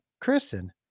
Kristen